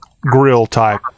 grill-type